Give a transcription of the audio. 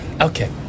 Okay